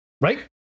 Right